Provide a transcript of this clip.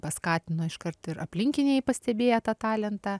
paskatino iškart ir aplinkiniai pastebėję tą talentą